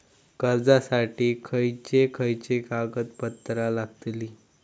कर्जासाठी खयचे खयचे कागदपत्रा लागतली?